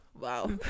wow